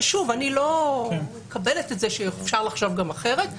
ושוב אני מקבלת את זה שאפשר לחשוב גם אחרת,